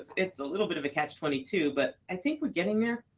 it's it's a little bit of a catch twenty two. but i think we're getting there.